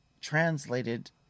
translated